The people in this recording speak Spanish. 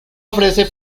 ofrece